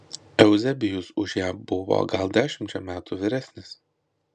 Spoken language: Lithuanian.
euzebijus už ją buvo gal dešimčia metų vyresnis